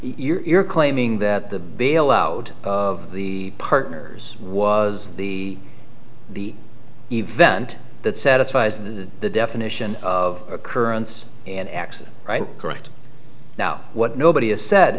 you're claiming that the bailout of the partners was the the event that satisfies the definition of occurrence and access right correct now what nobody has sa